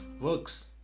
works